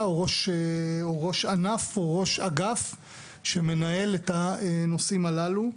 או ראש ענף או ראש אגף שמנהל את הנושאים הללו.